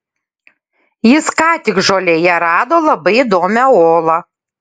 jis ką tik žolėje rado labai įdomią olą